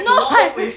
no hai~